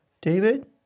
David